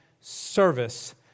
service